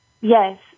Yes